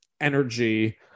energy